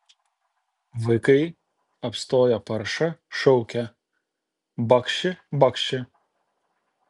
vaikai apstoję paršą šaukia bakši bakši